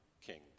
king